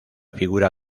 figura